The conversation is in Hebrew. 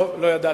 טוב, לא ידעתי.